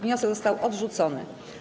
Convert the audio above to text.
Wniosek został odrzucony.